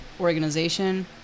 organization